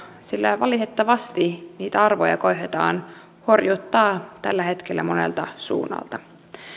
sillä valitettavasti niitä arvoja koetetaan horjuttaa tällä hetkellä monelta suunnalta